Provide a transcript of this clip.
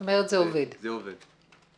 זאת אומרת, זה עובד.